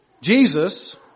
Jesus